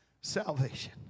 salvation